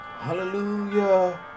Hallelujah